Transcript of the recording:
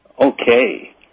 Okay